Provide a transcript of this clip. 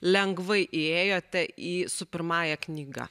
lengvai įėjote į su pirmąja knyga